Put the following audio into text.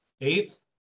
eighth